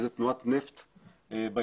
וזו תנועת נפט בים.